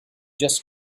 just